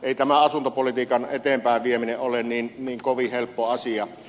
ei tämä asuntopolitiikan eteenpäinvieminen ole niin kovin helppo asia